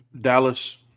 Dallas